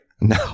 no